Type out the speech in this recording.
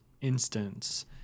instance